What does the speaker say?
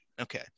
okay